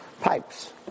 pipes